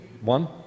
One